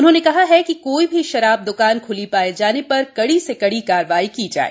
उन्होंने कहा है कि कोई भी शराब द्वकान ख्ली पाये जाने पर कड़ी से कड़ी कार्यवाही की जाये